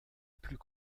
plus